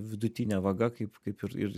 vidutine vaga kaip kaip ir ir